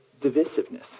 divisiveness